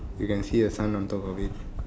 you can see a sun on top of it